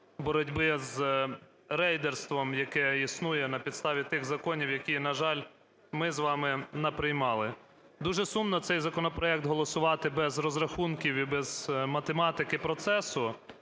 боротьби з рейдерством, яке існує на підставі тих законів, які, на жаль, ми з вами наприймали. Дуже сумно цей законопроект голосувати без розрахунків і без математики процесу.